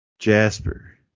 Jasper